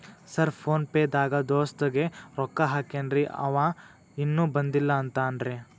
Sir PhonePe ದಾಗ ದೋಸ್ತ್ ಗೆ ರೊಕ್ಕಾ ಹಾಕೇನ್ರಿ ಅಂವ ಇನ್ನು ಬಂದಿಲ್ಲಾ ಅಂತಾನ್ರೇ?